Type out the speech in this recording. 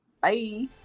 Bye